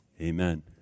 Amen